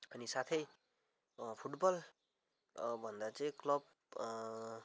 अनि साथै फुटबल भन्दा चाहिँ क्लब